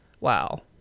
wow